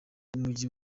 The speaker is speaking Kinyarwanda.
w’umujyi